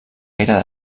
gaire